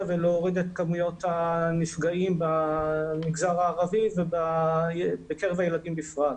ולהוריד את כמויות הנפגעים במגזר הערבי ובקרב הילדים בפרט.